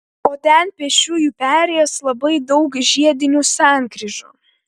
o ten pėsčiųjų perėjos labai daug žiedinių sankryžų